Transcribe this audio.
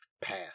pass